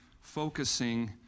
focusing